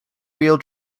wheel